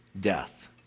death